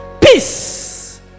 Peace